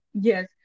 Yes